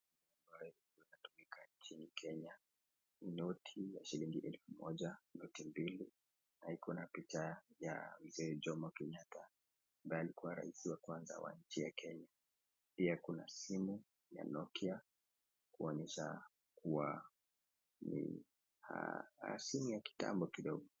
ambayo inatumika nchini Kenya ni noti ya shilingi elfu moja, noti mbili na iko na picha ya Mzee Jomo Kenyatta ambaye alikuwa rais wa kwanza wa nchi ya Kenya. Pia kuna simu ya Nokia kuonyesha kuwa ni simu ya kitambo kidogo.